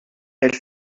elle